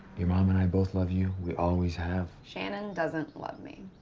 your mom and i both love you. we always have. shannon doesn't love me.